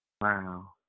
Wow